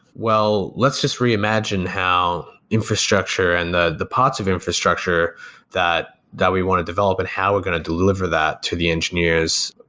well, let's just reimagine how infrastructure and the the parts of infrastructure that that we want to develop and how we're going to deliver that to the engineers,